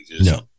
No